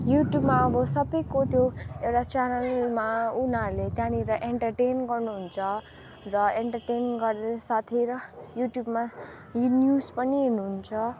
युट्युबमा अब सबैको त्यो एउटा च्यानलमा उनीहरूले त्यहाँनिर एन्टरटेन गर्नुहुन्छ र एन्टरटेन गर्न साथै र युट्युबमा जी न्युज पनि हेर्नुहुन्छ